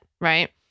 right